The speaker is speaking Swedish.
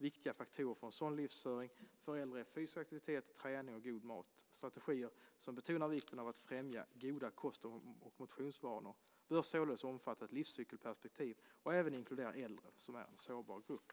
Viktiga faktorer för en sådan livsföring för äldre är fysisk aktivitet, träning och god mat. Strategier som betonar vikten av att främja goda kost och motionsvanor bör således omfatta ett livscykelperspektiv och även inkludera äldre som är en sårbar grupp.